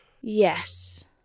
Yes